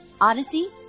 odyssey